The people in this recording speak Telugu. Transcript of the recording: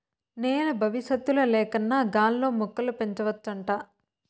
నేల బవిసత్తుల లేకన్నా గాల్లో మొక్కలు పెంచవచ్చంట